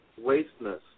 wasteness